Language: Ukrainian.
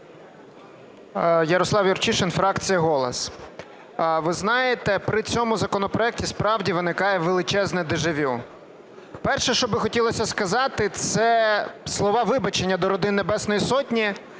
Ярослав Юрчишин, фракція "Голос". Ви знаєте, при цьому законопроекті справді виникає величезне дежавю. Перше, що би хотілося сказати – це слова вибачення до родин Небесної Сотні